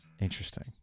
Interesting